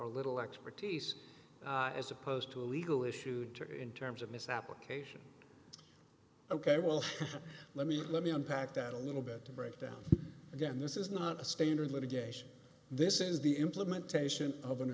or little expertise as opposed to a legal issues in terms of misapplication of ok well let me let me unpack that a little bit to break down again this is not a standard litigation this is the implementation of an